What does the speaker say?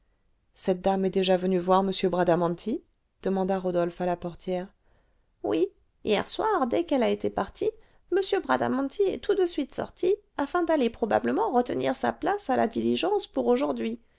cette dame est déjà venue voir m bradamanti demanda rodolphe à la portière oui hier soir dès qu'elle a été partie m bradamanti est tout de suite sorti afin d'aller probablement retenir sa place à la diligence pour aujourd'hui